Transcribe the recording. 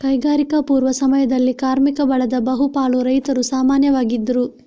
ಕೈಗಾರಿಕಾ ಪೂರ್ವ ಸಮಯದಲ್ಲಿ ಕಾರ್ಮಿಕ ಬಲದ ಬಹು ಪಾಲು ರೈತರು ಸಾಮಾನ್ಯವಾಗಿದ್ರು